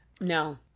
No